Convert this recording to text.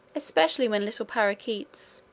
especially when little parrakeets,